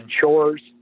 chores